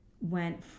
went